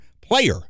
Player